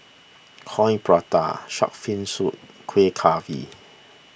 Coin Prata Shark's Fin Soup Kueh Kaswi